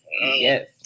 yes